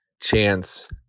chance